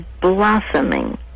blossoming